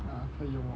啊所以